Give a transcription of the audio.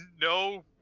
no